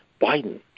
Biden